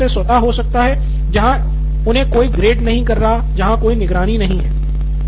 यह पूरी तरह से स्वतः हो सकता है जहां उन्हें कोई ग्रेड नहीं कर रहा है जहां कोई निगरानी नहीं है